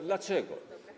Dlaczego?